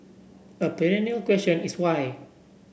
a perennial question is why